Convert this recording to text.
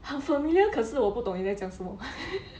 很 familiar 可是我不懂你在讲什么